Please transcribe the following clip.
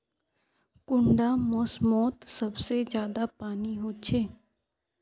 कुंडा मोसमोत सबसे ज्यादा पानी होचे?